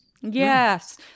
Yes